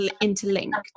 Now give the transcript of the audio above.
interlinked